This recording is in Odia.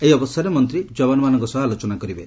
ଏହି ଅବସରରେ ମନ୍ତ୍ରୀ ଯବାନମାନଙ୍କ ସହ ଆଲୋଚନା କରିବେ